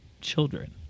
children